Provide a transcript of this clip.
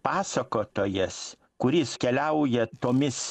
pasakotojas kuris keliauja tomis